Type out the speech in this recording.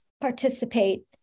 participate